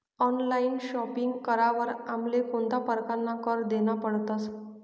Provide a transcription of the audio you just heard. Online shopping करावर आमले कोणता परकारना कर देना पडतस?